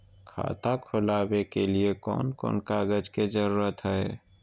खाता खोलवे के लिए कौन कौन कागज के जरूरत है?